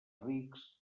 rics